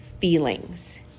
feelings